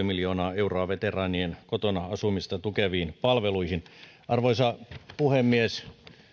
miljoonaa euroa veteraanien kotona asumista tukeviin palveluihin arvoisa puhemies